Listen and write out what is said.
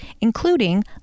including